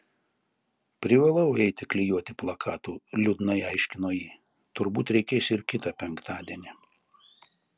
privalau eiti klijuoti plakatų liūdnai aiškino ji turbūt reikės ir kitą penktadienį